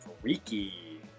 Freaky